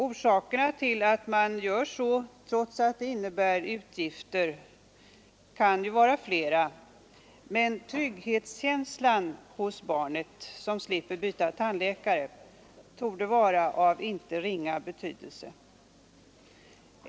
Orsakerna till att man gör så, trots att det innebär utgifter, kan vara flera, men trygghetskänslan hos barnet, som slipper byta tandläkare, torde vara av inte ringa betydelse.